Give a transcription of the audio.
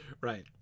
Right